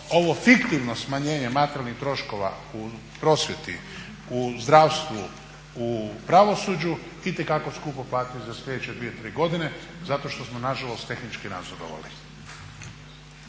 ovo fiktivno smanjenje materijalnih troškova u prosvjeti, u zdravstvu, u pravosuđa itekako skupo platiti za sljedeće 2, 3 godine zato što smo nažalost tehnički nazadovali.